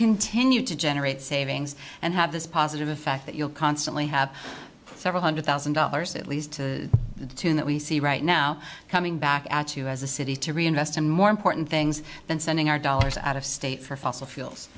continue to generate savings and have this positive effect that you'll constantly have several hundred thousand dollars at least to the tune that we see right now coming back at you as a city to reinvest in more important things than sending our dollars out of state for fossil fuels